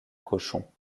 cochon